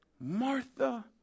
Martha